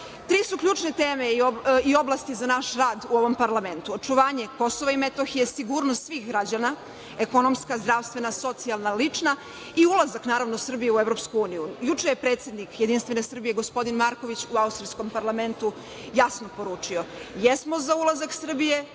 su ključne teme i oblasti za naš rad u ovom parlamentu. Očuvanje Kosova i Metohije, sigurnost svih građana, ekonomska, zdravstvena, socijalna, lična i ulazak, naravno, Srbije u EU. Juče je predsednik JS gospodin Marković u austrijskom parlamentu jasno poručio - jesmo za ulazak Srbije